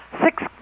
six